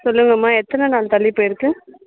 சொல்லுங்கம்மா எத்தனை நாள் தள்ளிப்போயிருக்குது